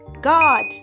God